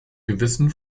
gewissen